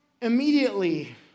immediately